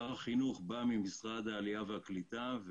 שר החינוך בא ממשרד העלייה והקליטה.